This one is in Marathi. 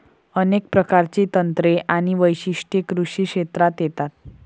अनेक प्रकारची तंत्रे आणि वैशिष्ट्ये कृषी क्षेत्रात येतात